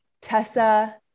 Tessa